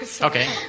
okay